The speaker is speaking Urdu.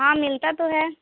ہاں ملتا تو ہے